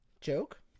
joke